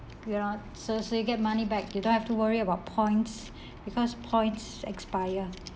you know so so you get money back you don't have to worry about points because points expire